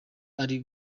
ari